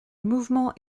mouvement